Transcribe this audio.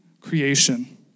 creation